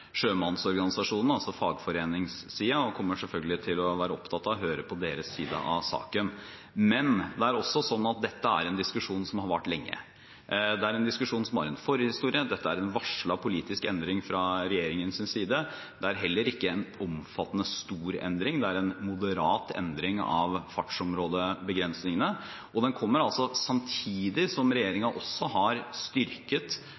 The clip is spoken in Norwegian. sjømannsorganisasjonene, altså fagforeningssiden, og kommer selvfølgelig til å være opptatt av å høre på deres side av saken. Men dette er også en diskusjon som har vart lenge. Det er en diskusjon som har en forhistorie, dette er en varslet politisk endring fra regjeringens side. Det er heller ikke en omfattende og stor endring. Det er en moderat endring av fartsområdebegrensningene, og den kommer samtidig med at regjeringen har styrket